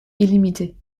illimité